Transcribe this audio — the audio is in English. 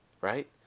Right